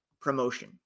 promotion